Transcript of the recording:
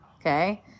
okay